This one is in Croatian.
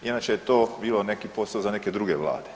Inače je to bio neki posao za neke druge vlade.